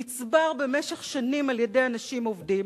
נצבר במשך שנים על-ידי אנשים עובדים,